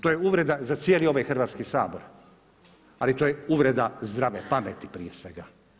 To je uvreda za cijeli ovaj Hrvatski sabor, ali to je uvreda zdrave pameti prije svega.